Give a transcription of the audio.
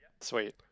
sweet